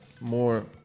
more